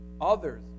others